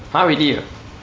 !huh! really ah